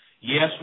Yes